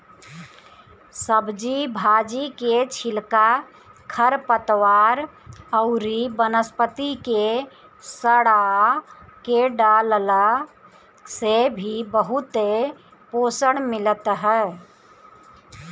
सब्जी भाजी के छिलका, खरपतवार अउरी वनस्पति के सड़आ के डालला से भी बहुते पोषण मिलत ह